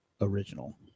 Original